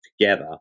together